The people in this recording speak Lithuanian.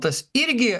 tas irgi